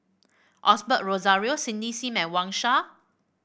Osbert Rozario Cindy Sim and Wang Sha